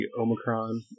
Omicron